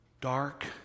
dark